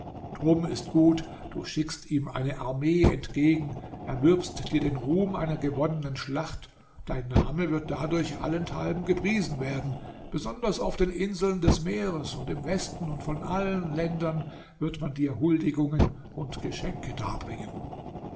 drum ist gut du schickst ihm eine armee entgegen erwirbst dir den ruhm einer gewonnenen schlacht dein name wird dadurch allenthalben gepriesen werden besonders auf den inseln des meeres und im westen und von allen ländern wird man dir huldigungen und geschenke darbringen